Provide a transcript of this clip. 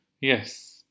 Yes